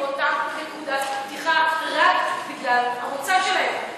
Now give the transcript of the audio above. מאותה נקודת פתיחה רק בגלל המוצא שלהם,